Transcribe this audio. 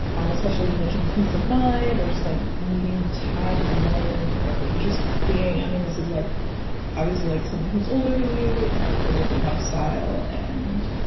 um especially you mentioned peace of mind or just like meeting time alone or just being. i mean, this is like obviously like someone who's older than you and has a different lifestyle. and,